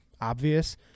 obvious